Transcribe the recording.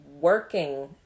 working